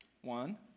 One